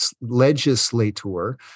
legislator